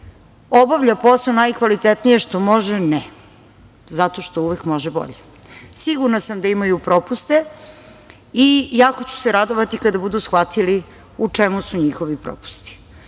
obavlja posao najkvalitetnije što može? Ne. Zato što uvek može bolje. Sigurna sam da imaju propuste i jako ću se radovati kada budu shvatili u čemu su njegovi propusti.